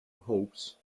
hopes